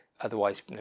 Otherwise